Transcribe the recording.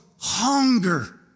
hunger